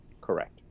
Correct